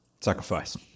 Sacrifice